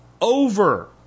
over